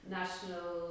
national